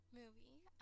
movie